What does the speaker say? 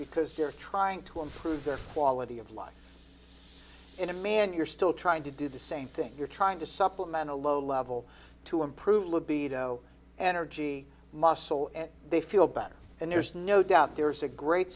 because they're trying to improve their quality of life in a man you're still trying to do the same thing you're trying to supplement a low level to improve libido and argy muscle and they feel better and there's no doubt there is a great